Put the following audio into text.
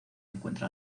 encuentra